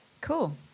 Cool